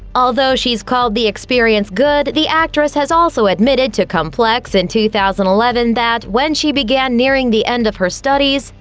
although she's called the experience good, the actress has also admitted to complex in two thousand and eleven that, when she began nearing the end of her studies,